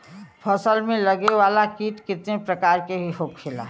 फसल में लगे वाला कीट कितने प्रकार के होखेला?